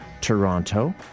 Toronto